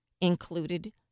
included